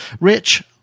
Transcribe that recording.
rich